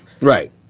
Right